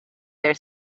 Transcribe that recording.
their